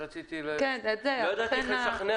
יכול להיות שהם אפילו צריכים לפצות יותר.